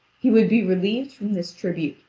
he would be relieved from this tribute,